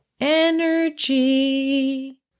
energy